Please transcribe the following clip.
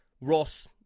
ross